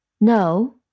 No